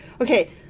okay